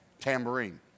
Tambourine